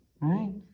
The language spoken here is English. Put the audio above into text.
right